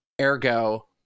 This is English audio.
ergo